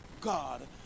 God